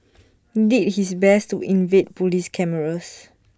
did his best to evade Police cameras